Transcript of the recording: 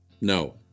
No